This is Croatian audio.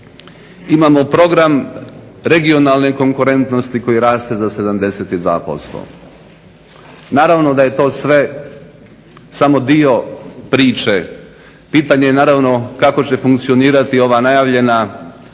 imamo program regionalne konkurentnosti koja raste za 72%. Naravno da je to sve samo dio priče. Pitanje je kako će funkcionirati ova najavljena investicijska